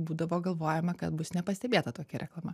būdavo galvojama kad bus nepastebėta tokia reklama